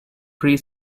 pre